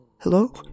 Hello